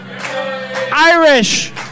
Irish